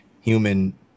human